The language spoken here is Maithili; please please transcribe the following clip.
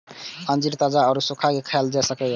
अंजीर कें ताजा या सुखाय के खायल जा सकैए